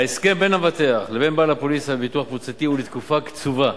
ההסכם בין המבטח לבין בעל הפוליסה בביטוח קבוצתי הוא לתקופה קצובה,